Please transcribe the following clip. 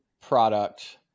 product